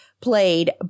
played